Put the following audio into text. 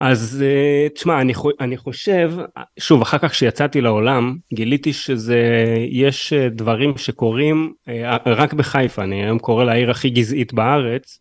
אז תשמע אני חושב שוב אחר כך שיצאתי לעולם גיליתי שזה יש דברים שקורים רק בחיפה אני היום קורא לה עיר הכי גזעית בארץ.